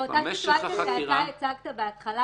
באותה סיטואציה שאתה הצגת בהתחלה,